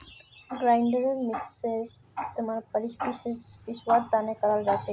grinder मिक्सरेर इस्तमाल पीसवार तने कराल जाछेक